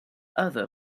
other